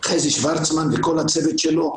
חזי שורצמן וכל הצוות שלו.